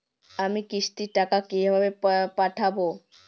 আমি কিস্তির টাকা কিভাবে পাঠাব?